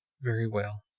very well.